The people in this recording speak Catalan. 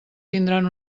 tindran